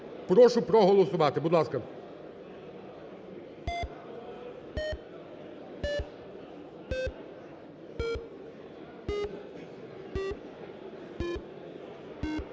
прошу проголосувати. Будь ласка.